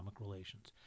relations